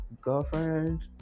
girlfriend